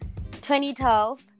2012